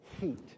heat